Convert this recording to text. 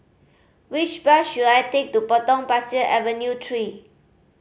which bus should I take to Potong Pasir Avenue Three